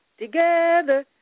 together